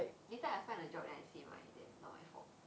later I find a job then I say mine then not my fault